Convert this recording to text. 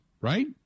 right